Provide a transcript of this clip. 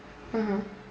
mmhmm